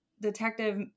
Detective